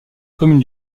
commune